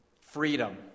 Freedom